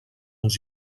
uns